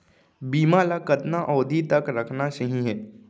बीमा ल कतना अवधि तक रखना सही हे?